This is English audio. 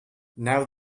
now